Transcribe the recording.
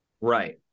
Right